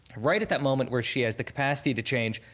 right at that moment where she has the capacity to change,